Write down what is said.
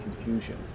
confusion